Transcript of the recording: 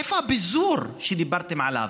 איפה הפיזור שדיברתם עליו?